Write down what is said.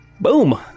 Boom